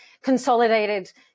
consolidated